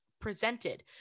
presented